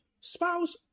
Spouse